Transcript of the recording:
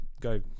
go